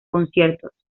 conciertos